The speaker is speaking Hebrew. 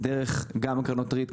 גם דרך קרנות ריט,